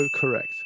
correct